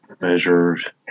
measures